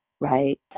right